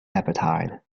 apartheid